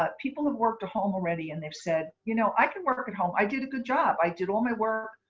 people have worked home already and they've said, you know, i can work at home. i did a good job. i did all my work.